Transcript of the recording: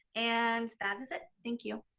and that is it, thank you.